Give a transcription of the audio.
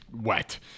wet